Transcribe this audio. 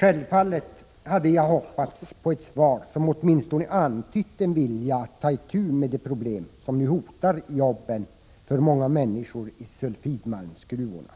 Självfallet hade jag hoppats på ett svar som åtminstone antytt en vilja att ta itu med de problem som nu hotar jobben för många människor i sulfidmalmsgruvorna.